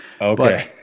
Okay